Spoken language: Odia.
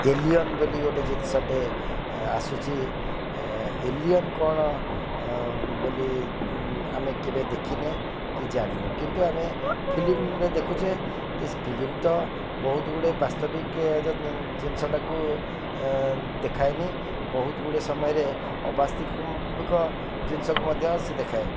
ଏଲିୟନ୍ ବୋଲି ଗୋଟେ ଜିନିଷଟେ ଆସୁଛି ଏଲିୟନ୍ କ'ଣ ବୋଲି ଆମେ କେବେ ଦେଖିନେ କି ଜାଣିନୁ କିନ୍ତୁ ଆମେ ଫିଲ୍ମରେ ଦେଖୁଛେ ଯେ ଫିଲ୍ମ ତ ବହୁତ ଗୁଡ଼େ ବାସ୍ତବିକ ଜିନିଷଟାକୁ ଦେଖାଏନି ବହୁତ ଗୁଡ଼େ ସମୟରେ ଅବାସ୍ତବିକ ଜିନିଷକୁ ମଧ୍ୟ ସେ ଦେଖାଏ